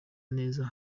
neza